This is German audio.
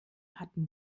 hatten